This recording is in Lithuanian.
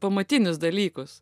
pamatinius dalykus